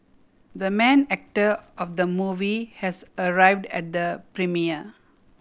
the main actor of the movie has arrived at the premiere